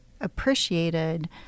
appreciated